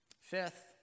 Fifth